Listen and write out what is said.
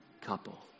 couple